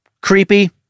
creepy